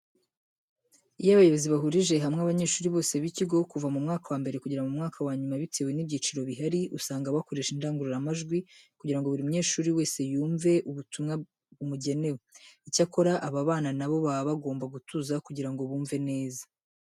Iyo abayobozi bahurije hamwe abanyeshuri bose b'ikigo kuva mu mwaka wa mbere kugera mu mwaka wa nyuma bitewe n'ibyiciro bihari, usanga bakoresha indangururamajwi kugira ngo buri munyeshuri wese yumve ubutumwa bumugenewe. Icyakora, aba bana na bo baba bagomba gutuza kugira ngo bumve neza.